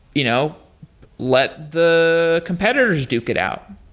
you know let the competitors duke it out.